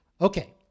Okay